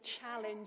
challenge